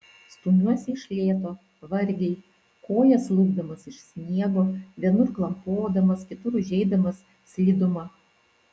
stumiuosi iš lėto vargiai kojas lupdamas iš sniego vienur klampodamas kitur užeidamas slidumą